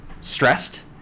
stressed